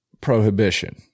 prohibition